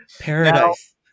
Paradise